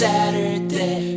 Saturday